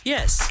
Yes